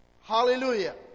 Hallelujah